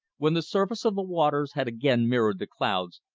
when the surface of the waters had again mirrored the clouds,